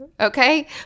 okay